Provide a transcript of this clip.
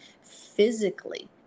physically